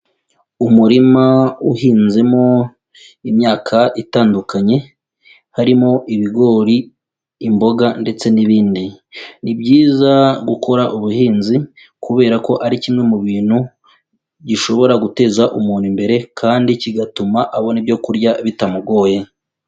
Umurima uhinzemo imyaka itandukanye, harimo ibigori, imboga ndetse n'ibindi. Ni byiza gukora ubuhinzi kubera ko ari kimwe mu bintu gishobora guteza umuntu imbere kandi kigatuma abona ibyo kurya bitamugoye.